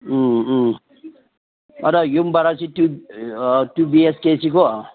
ꯎꯝ ꯎꯝ ꯑꯗꯣ ꯌꯨꯝ ꯚꯔꯥꯁꯤ ꯇꯨ ꯇꯨ ꯕꯤ ꯍꯩꯆ ꯀꯦꯁꯤ ꯀꯣ